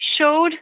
showed